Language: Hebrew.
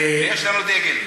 יש לנו דגל.